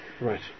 Right